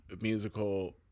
musical